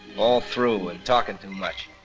all through and talkin' too much,